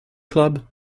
club